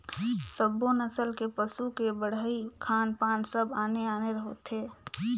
सब्बो नसल के पसू के बड़हई, खान पान सब आने आने होथे